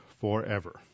forever